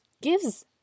gives